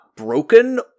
broken